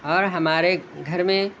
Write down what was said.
اور ہمارے گھر میں